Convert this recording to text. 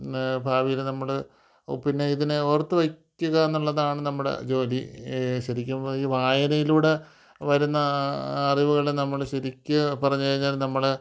ഭാവിയിൽ നമ്മൾ പിന്നെ ഇതിനെ ഓർത്ത് വയ്ക്കുക എന്നുള്ളതാണ് നമ്മുടെ ജോലി ശരിക്കും ഈ വായനയിലൂടെ വരുന്ന അറിവുകൾ നമ്മൾ ശരിക്ക് പറഞ്ഞുകഴിഞ്ഞാൽ നമ്മൾ